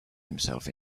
himself